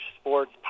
sports